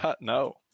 No